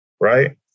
right